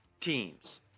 teams